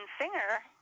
singer